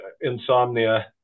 insomnia